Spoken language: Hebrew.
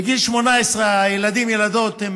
ובגיל 18 הילדים והילדות,